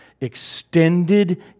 extended